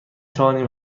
توانیم